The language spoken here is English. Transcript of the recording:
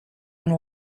and